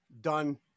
done